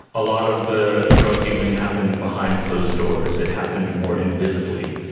a lot of the drug dealing happened behind closed doors, it happened more invisibly.